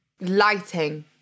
lighting